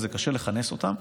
וזה קשה לכנס אותם,